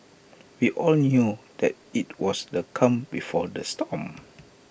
we all knew that IT was the calm before the storm